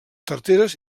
tarteres